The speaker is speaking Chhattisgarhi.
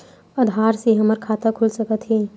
आधार से हमर खाता खुल सकत हे?